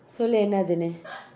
சொல்லு என்னதுனு:sollu ennathunu